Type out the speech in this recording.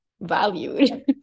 valued